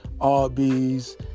Arby's